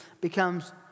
becomes